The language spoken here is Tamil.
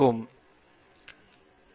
கணிதத்தை நோக்கி ஒரு பெரிய படி செய்துள்ளது